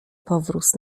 powróz